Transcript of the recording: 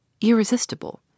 irresistible